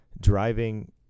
driving